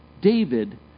David